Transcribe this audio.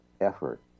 effort